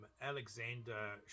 Alexander